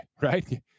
right